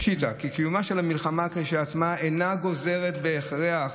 "אינה גוזרת בהכרח